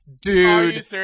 dude